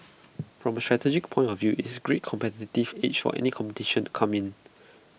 from A strategic point of view it's A great competitive edge for any competition come in